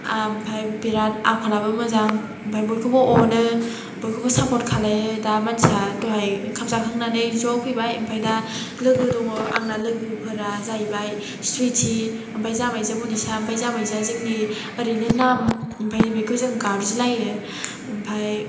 ओमफ्राय बिराद आखलाबो मोजां ओमफाय बयखौबो अनो बयखौबो सापर्ट खालामो दा मानसिया दहाय ओंखाम जाखांनानै ज' फैबाय ओमफ्राय दा लोगो दङ' आंना लोगोफोरा जाहैबाय सुइति ओमफ्राय जामाइजो मनिसा ओमफ्राय जामाइजोआ जाबाय जोंनि ओरैनो नाम ओमफ्राय बेखौ जों गाबज्रिलायो ओमफ्राय